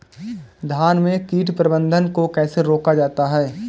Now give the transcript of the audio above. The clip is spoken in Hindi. धान में कीट प्रबंधन को कैसे रोका जाता है?